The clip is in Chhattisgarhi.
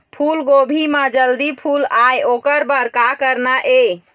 फूलगोभी म जल्दी फूल आय ओकर बर का करना ये?